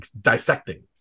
dissecting